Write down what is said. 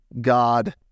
God